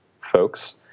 folks